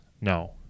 no